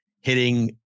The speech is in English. hitting